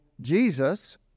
Jesus